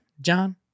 john